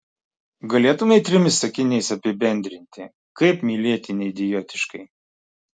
galėtumei trimis sakiniais apibendrinti kaip mylėti neidiotiškai